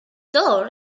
door